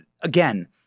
Again